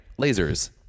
Lasers